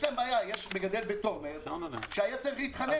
יש מגדל בתומר שהיה צריך להתחנן שיבואו וייקחו ממני ביצים.